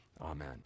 Amen